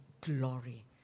glory